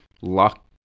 luck